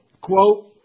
quote